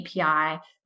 API